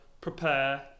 prepare